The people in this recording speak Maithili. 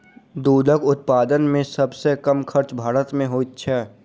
दूधक उत्पादन मे सभ सॅ कम खर्च भारत मे होइत छै